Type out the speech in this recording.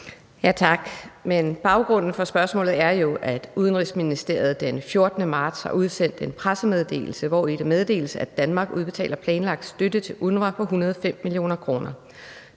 Tak. Men baggrunden for spørgsmålet er jo, at Udenrigsministeriet den 14. marts har udsendt en pressemeddelelse, hvori det meddeles, at Danmark udbetaler planlagt støtte til UNRWA på 105 mio. kr.